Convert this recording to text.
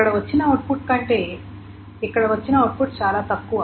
ఇక్కడ వచ్చిన అవుట్పుట్ కంటే ఇక్కడ వచ్చిన అవుట్పుట్ చాలా తక్కువ